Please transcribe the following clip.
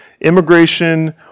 immigration